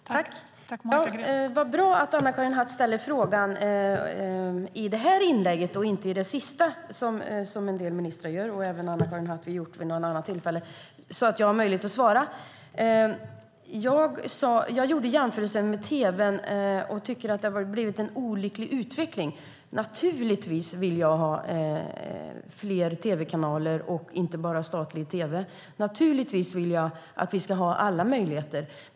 Fru talman! Vad bra att Anna-Karin Hatt ställer frågan i det här inlägget, så att jag har möjlighet att svara, och inte i det sista, som en del ministrar gör och även Anna-Karin Hatt gjort vid något tillfälle. Jag gjorde jämförelsen med tv, där jag tycker att det har blivit en olycklig utveckling. Naturligtvis vill jag ha fler tv-kanaler och inte bara statlig tv. Naturligtvis vill jag att vi ska ha alla möjligheter.